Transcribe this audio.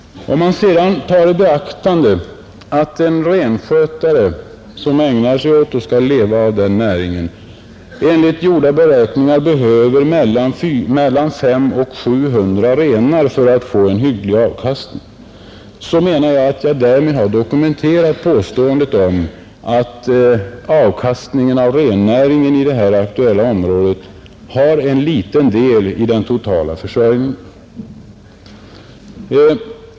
Om man sedan tar i beaktande att en renskötare som ägnar sig åt och lever av den näringen enligt gjorda beräkningar behöver mellan 500 och 700 renar för att få en hygglig avkastning, menar jag att jag därmed har dokumenterat påståendet om att avkastningen av rennäringen i det här aktuella området endast har en liten del i den totala försörjningen.